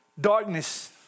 darkness